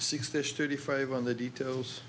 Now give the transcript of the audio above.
six this thirty five on the details